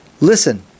Listen